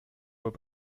vois